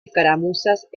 escaramuzas